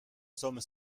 sommes